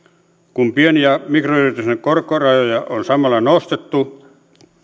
kun pien ja mikroyritysten korkorajoja on samalla nostettu